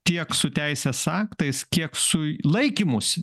tiek su teisės aktais kiek su laikymusi